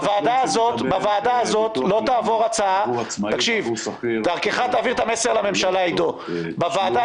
בוועדה הזו תעביר את המסר לממשלה דרכך,